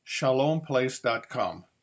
shalomplace.com